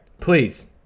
Please